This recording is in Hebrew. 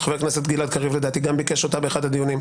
חבר הכנסת גלעד קריב לדעתי גם ביקש אותה באחד הדיונים,